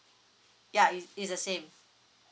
yeah it it's the same